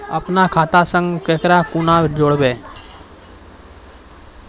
अपन खाता संग ककरो कूना जोडवै?